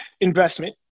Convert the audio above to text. investment